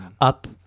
up